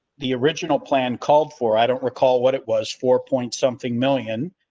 the original plan called for i don't recall what it was four point something million.